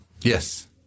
Yes